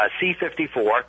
C-54